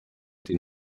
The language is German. den